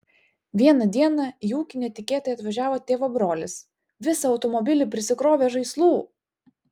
vieną dieną į ūkį netikėtai atvažiavo tėvo brolis visą automobilį prisikrovęs žaislų